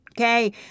Okay